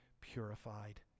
purified